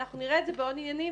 אנחנו נראה את זה בעוד עניינים,